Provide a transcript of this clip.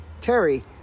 Terry